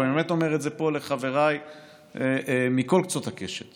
ואני באמת אומר את זה פה לחבריי מכל קצוות הקשת,